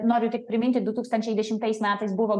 noriu tik priminti du tūkstančiai dešimtais metais buvo